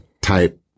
type